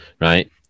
Right